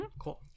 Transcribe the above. Cool